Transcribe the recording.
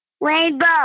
rainbow